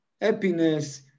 happiness